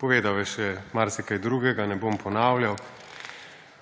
Povedal je še marsikaj drugega, ne bom ponavljal.